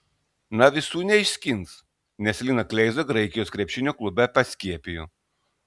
na visų neišskins nes liną kleizą graikijos krepšinio klube paskiepijo